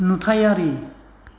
नुथायारि